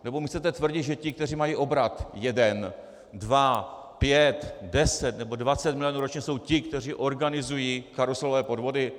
Nebo mi chcete tvrdit, že ti, kteří mají obrat jeden, dva, pět, deset nebo dvacet milionů ročně, jsou ti, kteří organizují karuselové podvody?